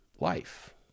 life